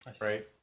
Right